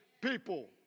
people